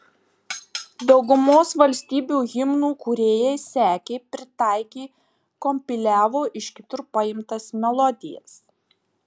daugumos valstybių himnų kūrėjai sekė pritaikė kompiliavo iš kitur paimtas melodijas